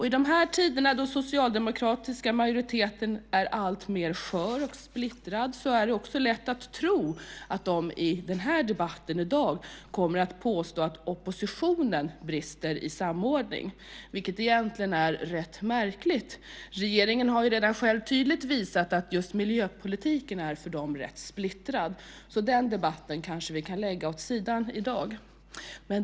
I dessa tider, då den socialdemokratiska majoriteten är alltmer skör och splittrad, är det lätt att tro att de i dagens debatt kommer att påstå att oppositionen brister i samordning. Det är egentligen är rätt märkligt. Regeringen har redan själv tydligt visat att just miljöpolitiken för den är rätt splittrad, så den debatten kan vi lägga åt sidan i dag.